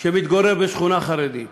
שמתגורר בשכונה חרדית